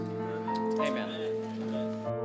Amen